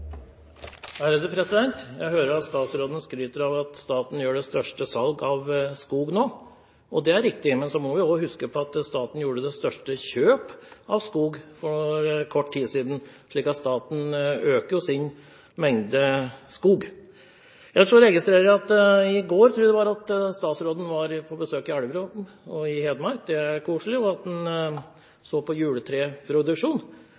de utfordringene som en liten eiendomsstruktur gir. Det blir replikkordskifte. Jeg hører at statsråden nå skryter av statens største salg av skog. Det er riktig. Men vi må også huske på at staten gjorde det største kjøp av skog for kort tid siden. Så staten øker jo sin mengde skog. Ellers registrerer jeg at statsråden var på besøk – i går, tror jeg det var – i Elverum i Hedmark. Det er koselig. Han så på juletreproduksjon, og han